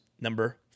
number